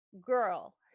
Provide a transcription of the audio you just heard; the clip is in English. girl